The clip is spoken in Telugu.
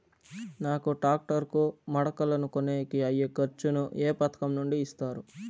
నాకు టాక్టర్ కు మడకలను కొనేకి అయ్యే ఖర్చు ను ఏ పథకం నుండి ఇస్తారు?